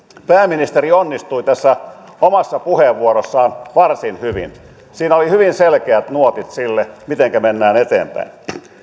pääministeri onnistui tässä omassa puheenvuorossaan varsin hyvin siinä oli hyvin selkeät nuotit sille mitenkä mennään eteenpäin